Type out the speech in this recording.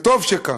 וטוב שכך,